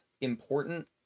important